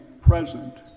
present